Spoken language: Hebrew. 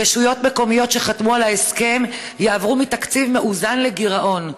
רשויות מקומיות שחתמו על ההסכם יעברו מתקציב מאוזן לגירעון.